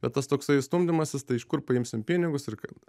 bet tas toksai stumdymasis tai iš kur paimsim pinigus ir kad